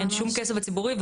אין שום כסף בציבורי.